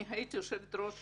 אני הייתי יושבת ראש